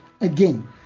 again